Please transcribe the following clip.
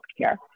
healthcare